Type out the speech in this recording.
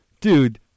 Dude